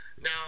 Now